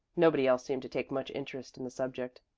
nobody else seemed to take much interest in the subject.